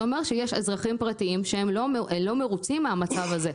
זה אומר שיש אזרחים פרטיים שלא מרוצים מהמצב הזה,